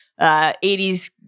80s